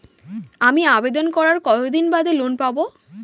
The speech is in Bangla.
আমি আবেদন করার কতদিন বাদে লোন পাব?